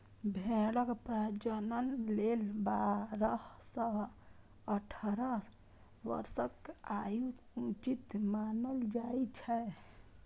भेड़क प्रजनन लेल बारह सं अठारह वर्षक आयु उचित मानल जाइ छै